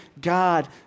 God